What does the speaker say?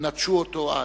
נטשו אותו אז.